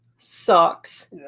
sucks